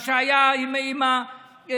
מה שהיה עם הטונה,